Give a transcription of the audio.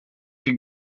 sie